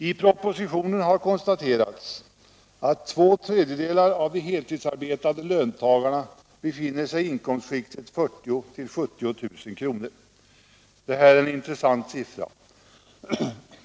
I propositionen har konstaterats att två tredjedelar av de heltidsarbetande löntagarna befinner sig i inkomstskiktet 40 000-70 000 kr. Detta är en intressant uppgift.